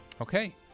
Okay